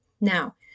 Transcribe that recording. Now